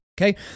Okay